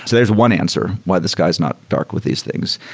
there's one answer why the sky is not dark with these things.